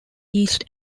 east